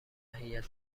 هیات